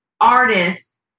artists